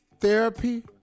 Therapy